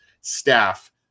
staff